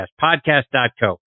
Podcast.co